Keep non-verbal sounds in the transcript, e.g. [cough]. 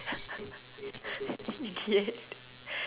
[laughs] idiot